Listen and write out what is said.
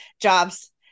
jobs